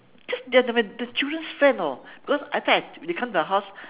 just they're the my they're my children's friend orh because I think I they come to the house